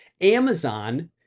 amazon